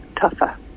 tougher